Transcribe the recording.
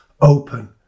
open